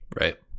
right